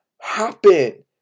happen